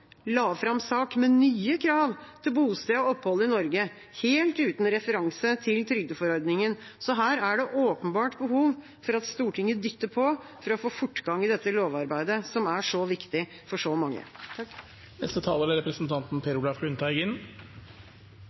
la fram sak med nye krav til bosted og opphold i Norge, helt uten referanse til trygdeforordningen. Så her er det et åpenbart behov for at Stortinget dytter på for å få fortgang i dette lovarbeidet, som er så viktig for så mange. Jeg vil takke SV for forslaget og engasjementet i saken. Det er